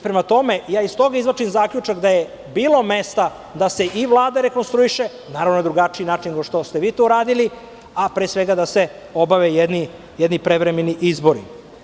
Prema tome iz toga izvlačim zaključak da je bilo mesta da se i Vlada rekonstruiše, naravno, na drugačiji način nego što ste vi to uradili, a pre svega da se obave jedni prevremeni izbori.